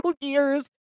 years